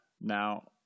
now